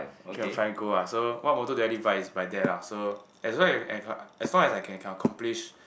three on five goal ah so what motto did I live by is by that lah so as long as I can as long as I can accomplish